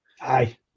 Aye